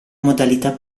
modalità